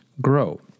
grow